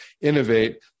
innovate